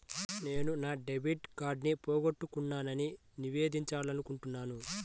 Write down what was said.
నేను నా డెబిట్ కార్డ్ని పోగొట్టుకున్నాని నివేదించాలనుకుంటున్నాను